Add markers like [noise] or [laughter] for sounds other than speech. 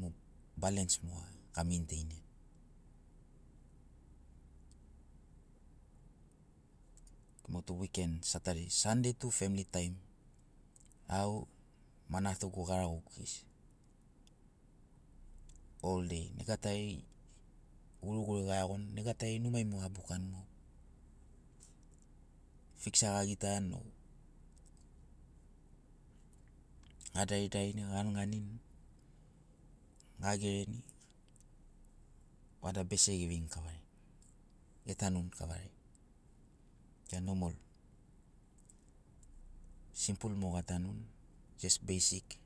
mo balans moga gamenteiniani mo tu wiken satadeis sandeis tu famili taim au ma natugu garagogu gesi hol- dei negatari guriguri gaiagoni negatari numai mogo gabukani mogo fiksa gagitani o gadaridarini gaganiganini gagereni vada bese geveini kavari getanuni kavari vada nomol. Simpul mo gatanuni jest beisik. [hesitation] ii